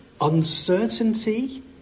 uncertainty